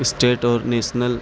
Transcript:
state اور national